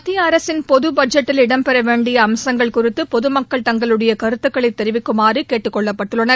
மத்திய அரசின் பொது பட்ஜெட்டில் இடம்பெறவேண்டிய அம்சங்கள் குறித்து பொது மக்கள் தங்களுடைய கருத்துக்களை தெரிவிக்குமாறு கேட்டுக் கொள்ளப்பட்டுள்ளனர்